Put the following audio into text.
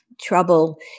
trouble